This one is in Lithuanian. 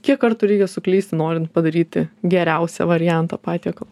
kiek kartų reikia suklysti norint padaryti geriausią variantą patiekalo